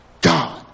God